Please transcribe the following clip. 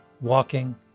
walking